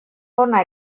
hona